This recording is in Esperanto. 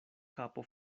kapo